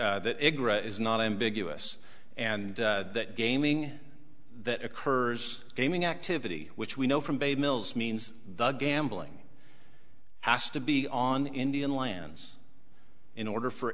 it is not ambiguous and that gaming that occurs gaming activity which we know from bay mills means the gambling has to be on indian lands in order for